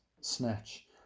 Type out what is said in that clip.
snatch